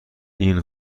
این